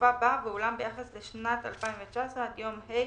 בסופה בא "ואולם ביחס לשנת 2019 עד יום ה'